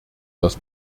das